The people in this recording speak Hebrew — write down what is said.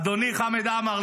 אדוני חמד עמאר,